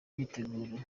myiteguro